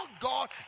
God